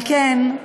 על כן,